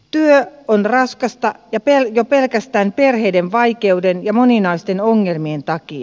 työ on raskasta jo pelkästään perheiden vaikeiden ja moninaisten ongelmien takia